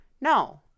No